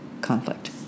conflict